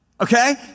Okay